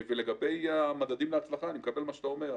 לגבי המדדים להצלחה, אני מקבל את מה שאתה אומר.